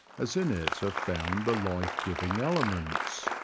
as in it are found the life-giving elements.